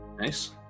Nice